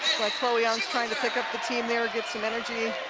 like chloe yungz trying to pick up the team there, getting some energy